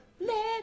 Let